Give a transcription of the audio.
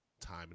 time